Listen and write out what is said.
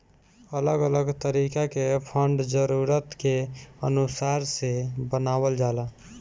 अलग अलग तरीका के फंड जरूरत के अनुसार से बनावल जाला